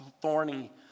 thorny